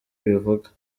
ibivuga